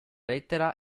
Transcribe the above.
lettera